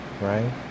Right